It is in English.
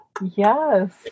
Yes